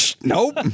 Nope